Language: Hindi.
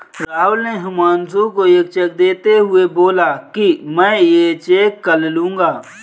राहुल ने हुमांशु को एक चेक देते हुए बोला कि मैं ये चेक कल लूँगा